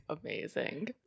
amazing